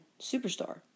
superstar